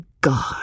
God